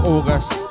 August